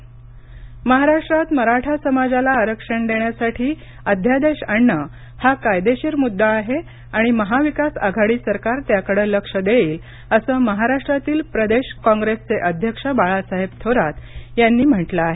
मराठा आरक्षण महाराष्ट्रात मराठा समाजाला आरक्षण देण्यासाठी अध्यादेश आणणे हा कायदेशीर मुद्दा आहे आणि महाविकास आघाडी सरकार त्याकडे लक्ष देईल असं महाराष्ट्रातील प्रदेश कॉंग्रेसचे अध्यक्ष बाळासाहेब थोरात यांनी म्हटलं आहे